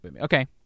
Okay